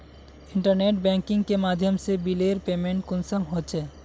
Internet banking के माध्यम से बिलेर पेमेंट कुंसम होचे?